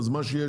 אז מה שיש,